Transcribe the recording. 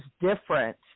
different